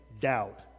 doubt